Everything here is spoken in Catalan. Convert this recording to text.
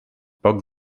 poc